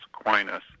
Aquinas